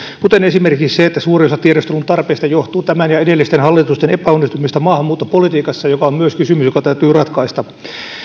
esimerkiksi se että suuri osa tiedustelun tarpeesta johtuu tämän ja edellisten hallitusten epäonnistumisesta maahanmuuttopolitiikassa joka on myös kysymys joka täytyy ratkaista